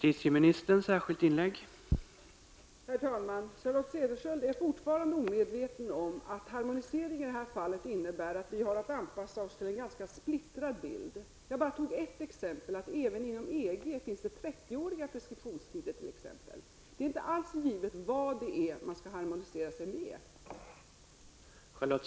Herr talman! Charlotte Cederschiöld är fortfarande omedveten om att en harmonisering i det här fallet innebär att vi har att anpassa oss till en ganska splittrad bild. Jag nämnde bara ett exempel, nämligen att det även inom EG finns 30-åriga preskriptionstider. Det är inte alls givet vad det är man skall harmonisera sig med.